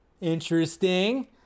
interesting